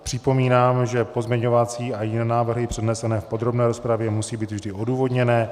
Připomínám, že pozměňovací a jiné návrhy přednesené v podrobné rozpravě musí být vždy odůvodněné.